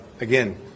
again